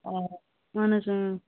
آ اَہَن حظ اۭں